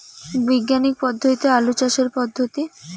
বিজ্ঞানিক পদ্ধতিতে আলু চাষের পদ্ধতি?